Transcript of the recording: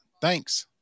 Thanks